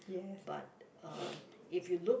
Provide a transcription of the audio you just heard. but uh if you look